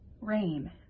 rain